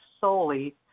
solely